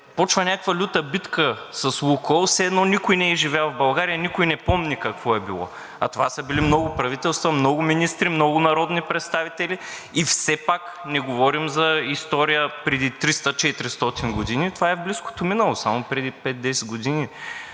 почва някаква люта битка с „Лукойл“, все едно никой не е живял в България и никой не помни какво е било. Това са били много правителства, много министри, много народни представители и все пак не говорим за история преди 300 – 400 години, а това е близкото минало, само преди пет – десет